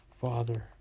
Father